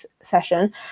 session